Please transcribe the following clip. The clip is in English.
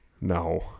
no